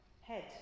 head